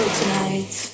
tonight